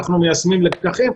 אנחנו מיישמים לקחים.